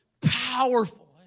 powerful